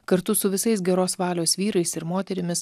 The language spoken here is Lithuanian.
kartu su visais geros valios vyrais ir moterimis